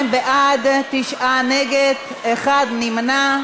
52 בעד, תשעה נגד, אחד נמנע.